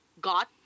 got